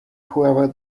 whoever